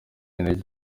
intege